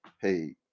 hey